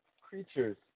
creatures